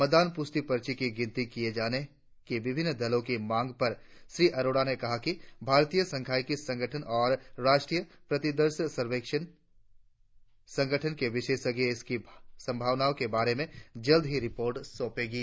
मतदान पुष्टि पर्ची की गिनती किए जाने की विभिन्न दलों की मांग पर श्री अरोड़ा ने कहा कि भारतीय सांख्यिकी संगठन और राष्ट्रीय प्रतिदर्श सर्वेक्षण संगठन के विशेषज्ञ इसकी संभावना के बारे में जल्दी ही रिपोर्ट सौंपेंगे